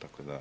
Tako da